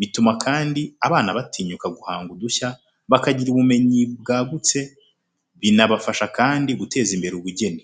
bituma kandi abana batinyuka guhanga udushya, bakagira ubumenyi bwagutse, binabafasha kandi guteza imbere ubugeni.